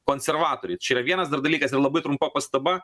konservatoriai čia yra vienas dar dalykas ir labai trumpa pastaba